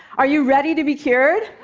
are you ready to be cured?